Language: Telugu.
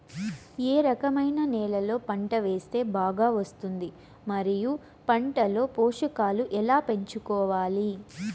ఏ రకమైన నేలలో పంట వేస్తే బాగా వస్తుంది? మరియు పంట లో పోషకాలు ఎలా పెంచుకోవాలి?